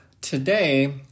Today